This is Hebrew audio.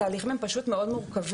התהליכים הם מאוד מורכבים.